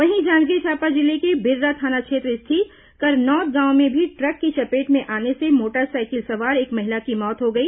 वहीं जांजगीर चांपा जिले के बिर्रा थाना क्षेत्र स्थित करनौद गांव में भी ट्रक की चपेट में आने से मोटरसाइकिल सवार एक महिला की मौत हो गई